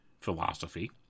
philosophy